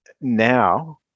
Now